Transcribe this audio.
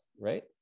right